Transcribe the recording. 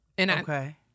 Okay